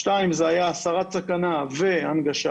שתיים זה היה הסרת סכנה והנגשה,